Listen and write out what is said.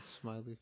smiley